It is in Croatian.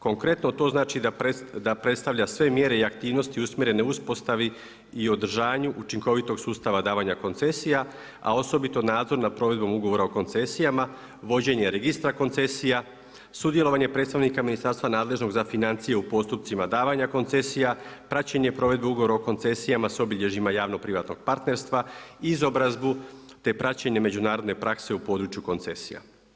Konkretno to znači da predstavlja sve mjere i aktivnosti i usmjerene uspostavi i održanju učinkovitog sustava davanja koncesija, a osobito nadzor nad provedbom ugovora o koncesijama, vođenje registra koncesija, sudjelovanje predstavnika ministarstva nadležno za financija u postupcima davanja koncesija, praćenje provedbe ugovora o koncesija s obilježjima javno privatnog partnerstva, izobrazbu, te praćenje međunarodne prakse u području koncesija.